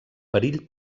perill